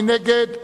מי נגד?